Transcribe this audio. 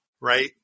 right